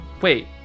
Wait